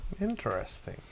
interesting